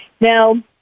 Now